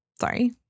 sorry